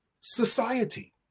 society